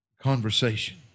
conversation